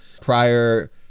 prior